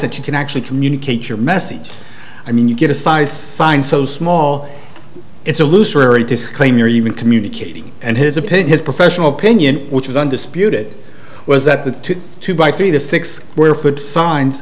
that you can actually communicate your message i mean you get a size sign so small it's a looser disclaimer even communicating and here's a pin his professional opinion which is undisputed was that the two by three the six were put signs